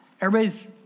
Everybody's